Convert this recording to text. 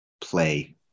play